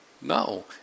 No